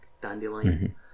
dandelion